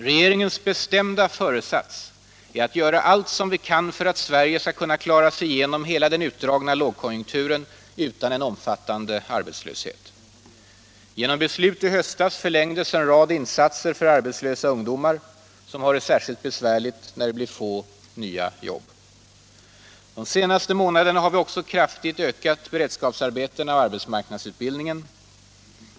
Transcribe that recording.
Regeringens bestämda föresats är att göra allt vi kan för att Sverige skall kunna klara sig igenom hela den utdragna lågkonjunkturen utan en omfattande arbetslöshet. Genom beslut i höstas förlängdes en rad insatser för arbetslösa ungdomar, som har det särskilt besvärligt när det blir få nya jobb. De senaste månaderna har vi också kraftigt ökat beredskapsarbetena och arbetsmarknadsutbildningen.